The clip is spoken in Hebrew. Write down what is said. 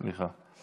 סליחה.